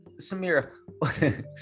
Samira